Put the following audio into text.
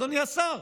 אדוני השר,